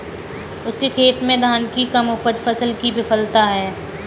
उसके खेत में धान की कम उपज फसल की विफलता है